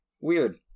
weird